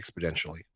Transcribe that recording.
exponentially